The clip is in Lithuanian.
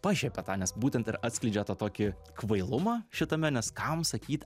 pašiepė tą nes būtent ir atskleidžia tą tokį kvailumą šitame nes kam sakyt